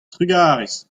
trugarez